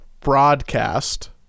broadcast